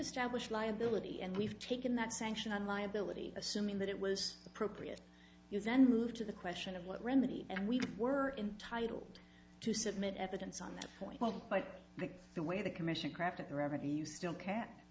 established liability and we've taken that sanction on liability assuming that it was appropriate you then move to the question of what remedy and we were intitled to submit evidence on that point but i think the way the commission crafted the revenue still ca